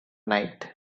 night